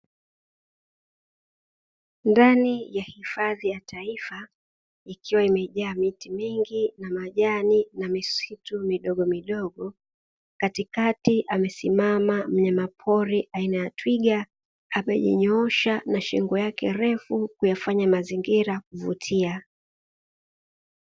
Ndani ya hifadhi ya taifa ikiwa imejaa miti mingi na majani na misitu midogo midogo, katikati amesimama mnyama pori aina ya twiga amejinyoosha na shingo yake ndefu; kuyafanya mazingira kuvutia.